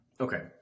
Okay